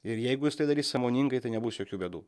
ir jeigu jis tai darys sąmoningai tai nebus jokių bėdų